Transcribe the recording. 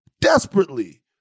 desperately